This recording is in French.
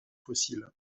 fossile